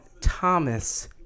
Thomas